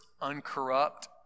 uncorrupt